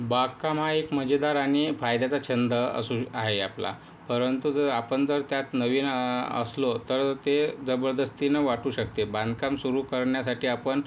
बागकाम हा एक मजेदार आणि फायद्याचा छंद असू श् आहे आपला परंतु जर आपण जर त्यात नवीन असलो तर ते जबरदस्तीनं वाटू शकते बांधकाम सुरू करण्यासाठी आपण